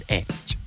edge